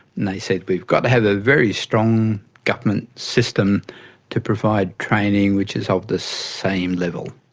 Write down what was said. they said we've got to have a very strong government system to provide training which is of the same level.